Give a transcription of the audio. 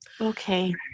Okay